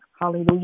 Hallelujah